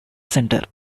center